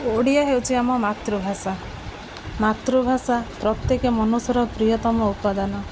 ଓଡ଼ିଆ ହେଉଛିି ଆମ ମାତୃଭାଷା ମାତୃଭାଷା ପ୍ରତ୍ୟେକ ମନୁଷ୍ୟର ପ୍ରିୟତମ ଉପାଦାନ